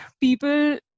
people